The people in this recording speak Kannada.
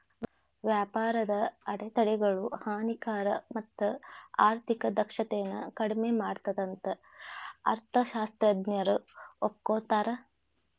ವ್ಯಾಪಾರದ ಅಡೆತಡೆಗಳು ಹಾನಿಕಾರಕ ಮತ್ತ ಆರ್ಥಿಕ ದಕ್ಷತೆನ ಕಡ್ಮಿ ಮಾಡತ್ತಂತ ಅರ್ಥಶಾಸ್ತ್ರಜ್ಞರು ಒಪ್ಕೋತಾರ